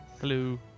Hello